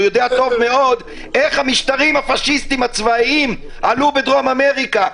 הוא יודע טוב מאוד איך המשטרים הפשיסטים הצבאיים עלו בדרום אמריקה.